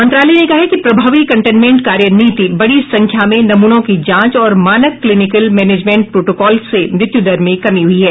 मंत्रालय ने कहा है कि प्रभावी कंटेनमेंट कार्य नीति बड़ी संख्या में नमूनों की जांच और मानक क्लिनिकल मैनेजमेंट प्रोटोकॉल से मृत्युदर में कमी हुई है